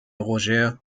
roger